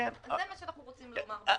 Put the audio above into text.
זה מה שאנחנו רוצים לומר.